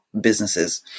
businesses